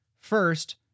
First